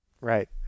Right